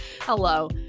Hello